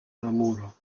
muro